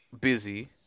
busy